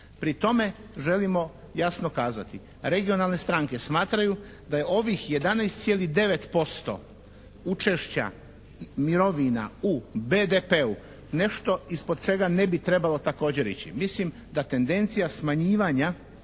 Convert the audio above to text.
Pri tome želimo jasno kazati regionalne stranke smatraju da je ovih 11,9% učešća mirovina u BDP-u nešto ispod čega ne bi trebalo također ići. Mislim da tendencija smanjivanja